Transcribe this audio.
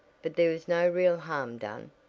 but there was no real harm done?